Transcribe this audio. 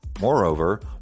Moreover